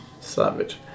Savage